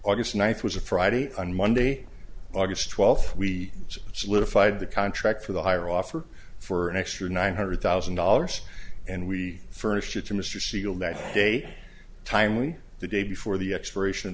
august ninth was a friday and monday august twelfth we solidified the contract for the hire offer for next year nine hundred thousand dollars and we furnished it to mr siegel that day timely the day before the expiration